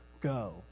Go